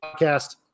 Podcast